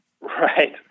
Right